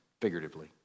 Figuratively